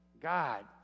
God